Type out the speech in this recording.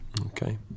Okay